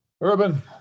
Urban